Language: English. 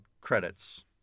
credits